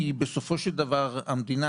כי בסופו של דבר המדינה,